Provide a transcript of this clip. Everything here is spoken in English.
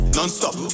Non-stop